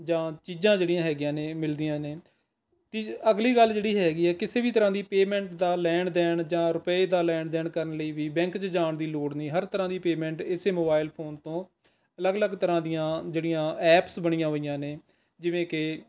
ਜਾਂ ਚੀਜ਼ਾਂ ਜਿਹੜੀਆਂ ਹੈਗੀਆਂ ਨੇ ਮਿਲਦੀਆਂ ਨੇ ਤੀ ਅਗਲੀ ਗੱਲ ਜਿਹੜੀ ਹੈਗੀ ਹੈ ਕਿਸੇ ਵੀ ਤਰ੍ਹਾਂ ਦੀ ਪੇਅਮੈਂਟ ਦਾ ਲੈਣ ਦੇਣ ਜਾਂ ਰੁਪਏ ਦਾ ਲੈਣ ਦੇਣ ਕਰਨ ਲਈ ਵੀ ਬੈਂਕ 'ਚ ਜਾਣ ਦੀ ਲੋੜ ਨਹੀਂ ਹਰ ਤਰ੍ਹਾਂ ਦੀ ਪੇਅਮੈਂਟ ਇਸੇ ਮੋਬਾਇਲ ਫ਼ੋਨ ਤੋਂ ਅਲੱਗ ਅਲੱਗ ਤਰ੍ਹਾਂ ਦੀਆਂ ਅ ਜਿਹੜੀਆਂ ਐਪਸ ਬਣੀਆਂ ਹੋਈਆ ਨੇ ਜਿਵੇਂ ਕਿ